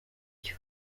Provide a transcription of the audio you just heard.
byo